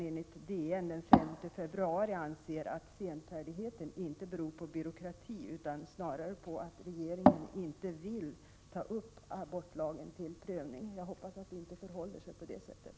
Enligt DN den 5 februari anser han att senfärdigheten inte beror på byråkrati utan snarare på att regeringen inte vill ta upp abortlagen till prövning. Jag hoppas att det inte förhåller sig på det sättet.